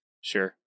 Sure